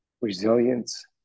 resilience